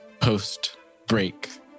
post-break